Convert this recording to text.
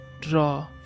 draw